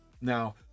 Now